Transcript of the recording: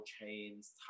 chains